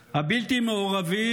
הבלתי-מעורבים,